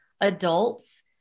adults